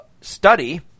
study